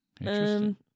Interesting